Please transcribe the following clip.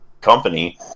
company